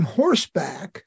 horseback